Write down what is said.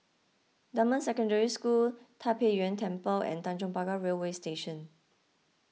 Dunman Secondary School Tai Pei Yuen Temple and Tanjong Pagar Railway Station